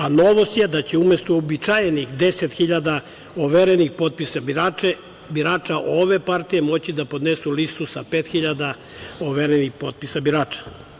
A novost je da će umesto uobičajenih 10.000 overenih potpisa birača, ove partije moći da podnesu listu sa 5.000 overenih potpisa birača.